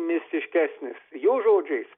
mistiškesnis jo žodžiais